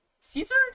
Caesar